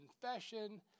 confession